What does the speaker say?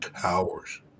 towers